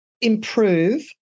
improve